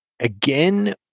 again